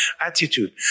attitude